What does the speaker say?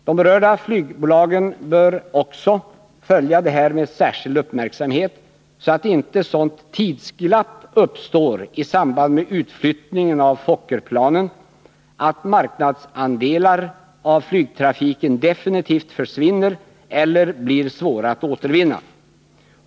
De berörda flygbolagen bör också följa detta med särskild uppmärksamhet, så att inte sådant tidsglapp uppstår i samband med utflyttningen av Fokkerplanen att marknadsandelar av flygtrafiken definitivt försvinner eller blir svåra att återvinna.